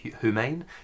humane